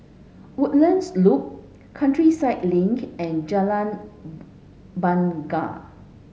Woodlands Loop Countryside Link and Jalan Bungar